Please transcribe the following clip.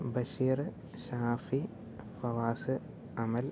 Basheer Shafi Fawaz Amal